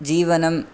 जीवनम्